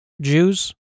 Jews